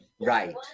Right